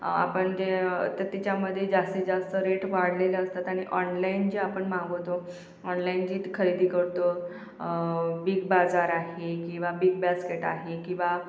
आपण जे तर त्याच्यामध्ये जास्तीतजास्त रेट वाढलेले असतात आणि ऑनलाईन जे आपण मागवतो ऑनलाईन जी खरेदी करतो बिग बाजार आहे किंवा बिग बास्केट आहे किंवा